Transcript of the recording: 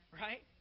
right